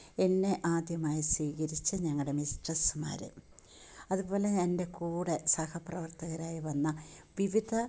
എന്നെ ആദ്യമായി സ്വീകരിച്ചു ഞങ്ങളുടെ മിസ്ട്രസ്മാർ അതുപോലെ എൻ്റെ കൂടെ സഹപ്രവർത്തകരായി വന്ന വിവിധ